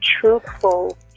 truthful